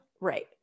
right